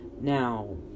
Now